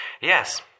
Yes